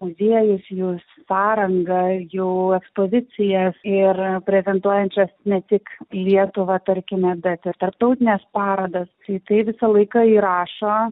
muziejus jos sąrangą jos pozicijas ir reprezentuojančias ne tik lietuvą tarkime bet ir tarptautines parodas ir tai visą laiką įrašo